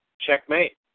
Checkmate